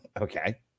Okay